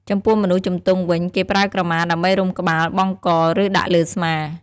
ចំពោះមនុស្សជំទង់វិញ គេប្រើក្រមា ដើម្បីរុំក្បាល បង់ក ឬ ដាក់លើស្មា។